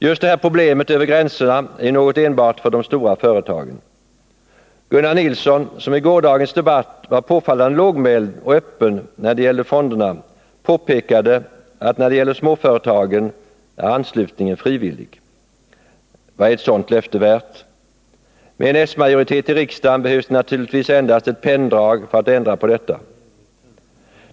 Just detta problem är något enbart för de stora företagen. Gunnar Nilsson, som i gårdagens debatt var påfallande lågmäld och öppen när det gäller fonderna, påpekade att anslutningen är fri illig för småföretagen. Vad är ett sådant löfte värt? Med en s-majoritet i riks agen behövs det naturligtvis endast ett penndrag för att ändra på detta.